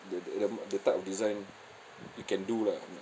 the the the type of design you can do lah I mean